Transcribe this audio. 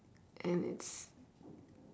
and it's